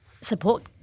support